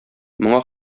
моңа